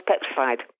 petrified